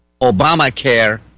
Obamacare